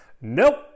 nope